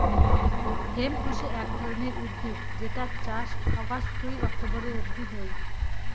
hemp হসে এক ধরণের উদ্ভিদ যেটার চাষ অগাস্ট থুই অক্টোবরের অব্দি হই